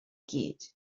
gyd